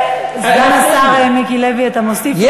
סגן השר מיקי לוי, אתה מוסיף לו זמן דיבור.